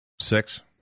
Six